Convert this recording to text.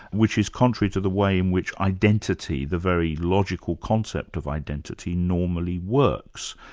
which is contrary to the way in which identity, the very logical concept of identity, normally works.